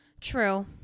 true